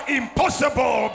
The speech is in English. impossible